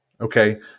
okay